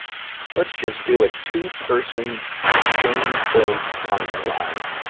let's just do a two-person shame-filled conga line.